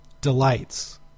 delights